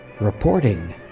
Reporting